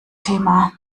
thema